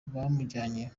bamujyanye